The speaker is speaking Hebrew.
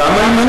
למה?